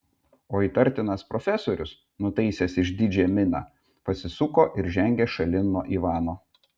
o įtartinas profesorius nutaisęs išdidžią miną pasisuko ir žengė šalin nuo ivano